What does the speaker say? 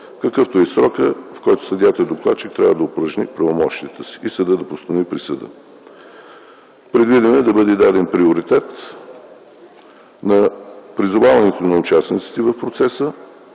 какъвто е и срокът, в който съдията-докладчик трябва да упражни правомощията си и съдът да постанови присъда. Предвидено е да бъде даден приоритет на призоваването на участниците в процеса